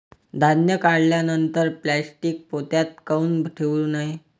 धान्य काढल्यानंतर प्लॅस्टीक पोत्यात काऊन ठेवू नये?